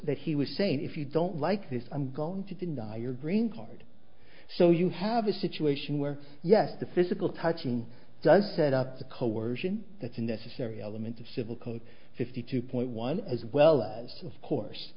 that he was saying if you don't like this i'm going to deny your green card so you have a situation where yes the physical touching does set up the coercion that's a necessary element of civil code fifty two point one as well as of course